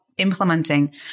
implementing